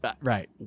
Right